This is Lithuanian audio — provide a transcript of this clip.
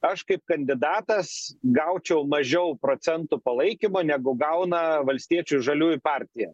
aš kaip kandidatas gaučiau mažiau procentų palaikymo negu gauna valstiečių žaliųjų partija